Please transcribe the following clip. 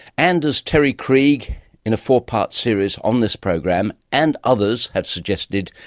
and as terry erieg in a four part series on this program, and others, have suggested,